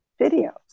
videos